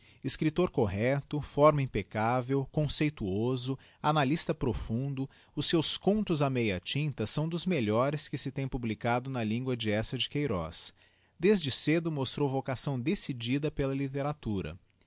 escriptor correcto forma impeccavel conceituoso analysta profundo os seus contos a meia unta sâo dos melhores que se têm publicado na língua de eça de queiroz desde cedo mostrou vocação decidida pela literatura